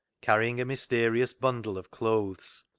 carrying a mysterious bundle of clothes.